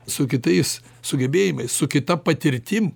su kitais sugebėjimais su kita patirtim